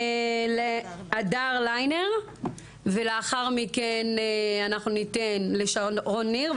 להדר ליינר ולאחר מכן אנחנו ניתן לשרון ניר,